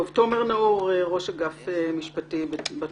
חוק היועצים המשפטיים שנידון בשבוע שעבר